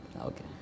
Okay